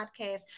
podcast